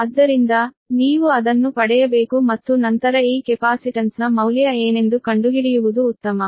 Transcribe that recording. ಆದ್ದರಿಂದ ನೀವು ಅದನ್ನು ಪಡೆಯಬೇಕು ಮತ್ತು ನಂತರ ಈ ಕೆಪಾಸಿಟನ್ಸ್ನ ಮೌಲ್ಯ ಏನೆಂದು ಕಂಡುಹಿಡಿಯುವುದು ಉತ್ತಮ